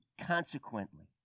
consequently